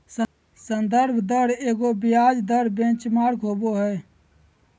संदर्भ दर एगो ब्याज दर बेंचमार्क होबो हइ